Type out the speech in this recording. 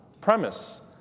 premise